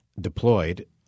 deployed